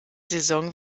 saison